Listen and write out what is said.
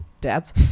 dad's